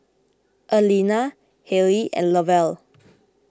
Alena Hale and Lovell